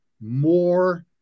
more